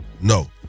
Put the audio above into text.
No